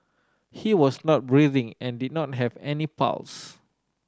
he was not breathing and did not have any pulse